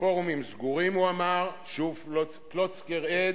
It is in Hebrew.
בפורומים סגורים הוא אמר שוב פלוצקר עד,